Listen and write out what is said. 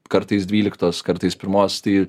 kartais dvyliktos kartais pirmos tai